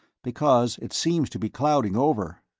because it seems to be clouding over.